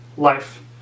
Life